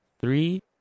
three